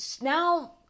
now